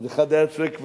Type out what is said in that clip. אז אחד היה צועק "מנחה",